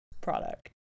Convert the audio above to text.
product